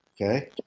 okay